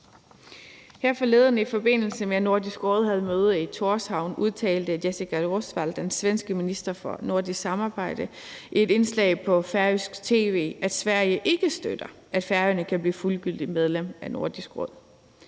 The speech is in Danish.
Her forleden, i forbindelse med at Nordisk Råd havde møde i Tórshavn, udtalte Jessika Roswall, den svenske minister for nordisk samarbejde, i et indslag på færøsk tv, at Sverige ikke støtter, at Færøerne kan blive fuldgyldigt medlem af Nordisk Råd.